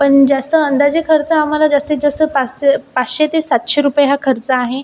पण जास्त अंदाजे खर्च आम्हाला जास्तीत जास्त पाचशे पाचशे ते सातशे रुपये हा खर्च आहे